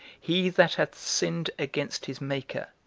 he that hath sinned against his maker,